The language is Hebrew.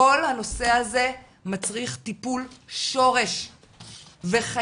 כל הנושא הזה מצריך טיפול שורש וחייב